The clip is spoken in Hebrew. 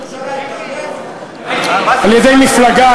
על-ידי מפלגה,